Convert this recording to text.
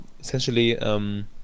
essentially